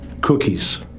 Cookies